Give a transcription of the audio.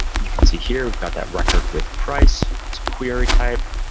you can see here we've got that record with price to query type.